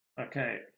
Okay